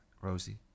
Rosie